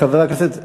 חבר הכנסת זחאלקה,